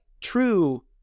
true